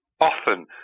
often